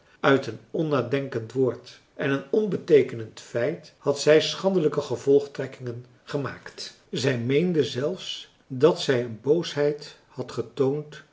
uit een onnadenkend woord en een onbeteekenend feit had zij schandelijke gevolgtrekkingen gemaakt zij meende zelfs dat zij een boosheid had getoond